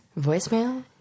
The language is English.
voicemail